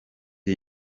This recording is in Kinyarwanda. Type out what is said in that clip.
iri